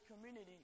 community